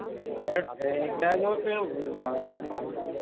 پھر ٹھیک ہے تو پھر